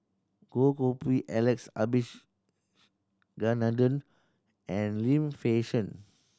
Goh Koh Pui Alex Abisheganaden and Lim Fei Shen